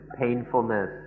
painfulness